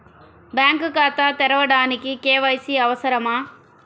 Bank ఖాతా తెరవడానికి KYC అవసరమా?